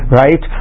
right